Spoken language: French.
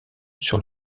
sur